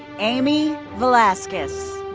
ammi velasquez.